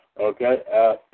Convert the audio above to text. Okay